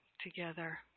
together